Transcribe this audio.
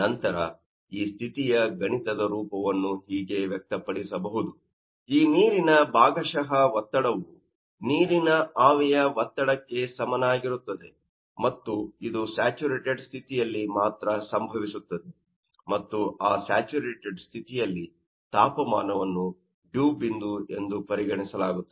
ನಂತರ ಈ ಸ್ಥಿತಿಯ ಗಣಿತದ ರೂಪವನ್ನು ಹೀಗೆ ವ್ಯಕ್ತಪಡಿಸಬಹುದು ಈ ನೀರಿನ ಭಾಗಶಃ ಒತ್ತಡವು ನೀರಿನ ಆವಿಯ ಒತ್ತಡಕ್ಕೆ ಸಮನಾಗಿರುತ್ತದೆ ಮತ್ತು ಇದು ಸ್ಯಾಚುರೇಟೆಡ್ ಸ್ಥಿತಿಯಲ್ಲಿ ಮಾತ್ರ ಸಂಭವಿಸುತ್ತದೆ ಮತ್ತು ಆ ಸ್ಯಾಚುರೇಟೆಡ್ ಸ್ಥಿತಿಯಲ್ಲಿ ತಾಪಮಾನವನ್ನು ಡಿವ್ ಬಿಂದು ಎಂದು ಪರಿಗಣಿಸಲಾಗುತ್ತದೆ